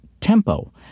TEMPO